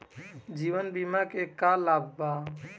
जीवन बीमा के का लाभ बा?